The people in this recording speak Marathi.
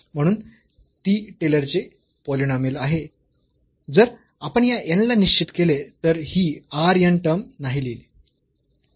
म्हणून ती टेलरचे पॉलिनॉमियल आहे जर आपण या n ला निश्चित केले आणि ही r n टर्म नाही लिहली